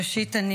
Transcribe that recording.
ראשית אני